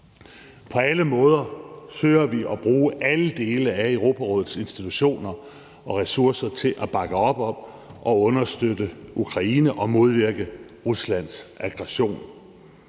På alle måder søger vi at bruge alle dele af Europarådets institutioner og ressourcer til at bakke op om og understøtte Ukraine og modvirke Ruslands aggression.